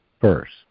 first